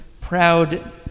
proud